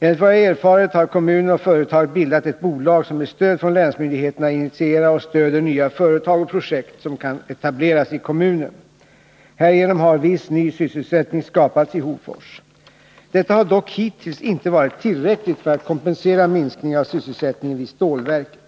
Enligt vad jag erfarit har kommunen och företaget bildat ett bolag som med stöd från länsmyndigheterna initierar och stöder nya företag och projekt som kan etableras i kommunen. Härigenom har viss ny sysselsättning skapats i Hofors. Detta har dock hittills inte varit tillräckligt för att kompensera minskningen av sysselsättningen vid stålverket.